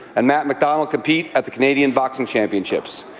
and matt macdonald compete at the canadian boxing championships.